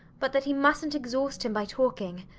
but that he mustnt exhaust him by talking?